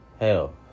Hell